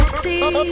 see